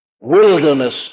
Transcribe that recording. Wilderness